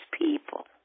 people